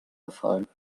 gefallen